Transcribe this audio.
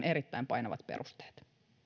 erittäin painavat perusteet